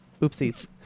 oopsies